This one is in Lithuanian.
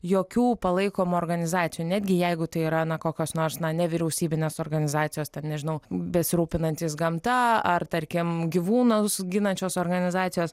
jokių palaikomų organizacijų netgi jeigu tai yra na kokios nors nevyriausybinės organizacijos ten nežinau besirūpinantys gamta ar tarkim gyvūnus ginančios organizacijos